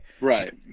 right